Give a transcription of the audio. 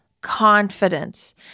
confidence